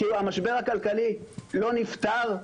המשבר הכלכלי לא נפתר?